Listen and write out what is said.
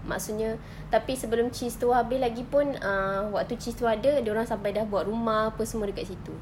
maksudnya tapi sebelum cheese itu habis lagipun um waktu cheese itu ada dia orang sampai sudah buat rumah apa semua dekat situ